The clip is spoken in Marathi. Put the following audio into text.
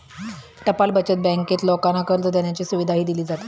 टपाल बचत बँकेत लोकांना कर्ज देण्याची सुविधाही दिली जाते